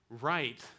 right